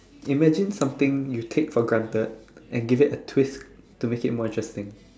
imagine something you take for granted and give it a twist to make it more interesting